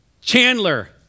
Chandler